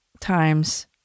times